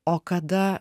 o kada